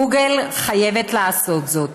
גוגל חייבת לעשות זאת.